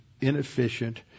inefficient